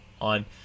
on